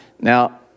Now